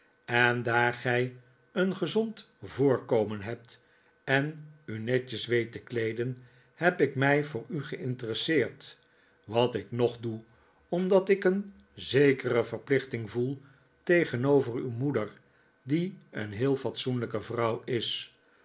en daar gij een gezond voorkomen hebt en u netjes weet te kleeden heb ik mij voor u geinteresseerd wat ik'nog doe omdat ik een zekere verplichting voel tegenover uw moeder die een heel fatsoenlijke vrouw is